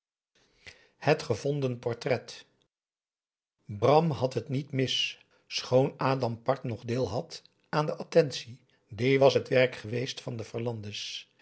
het gevonden portret bram had het niet mis schoon adam part noch deel had aan de attentie die was het werk geweest van de verlande's zij